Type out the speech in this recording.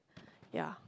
ya